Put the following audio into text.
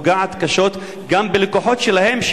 פוגעת קשות גם בלקוחות שלהם,